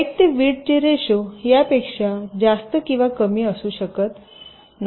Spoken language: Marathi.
हाईट ते विड्थ चे रेशो यापेक्षा जास्त किंवा कमी असू शकत नाही